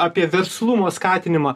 apie verslumo skatinimą